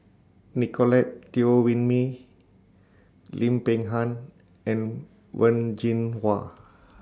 Nicolette Teo Wei Min Lim Peng Han and Wen Jinhua